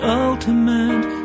ultimate